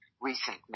recent